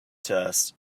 test